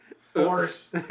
force